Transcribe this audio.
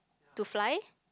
to fly